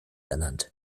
ernannt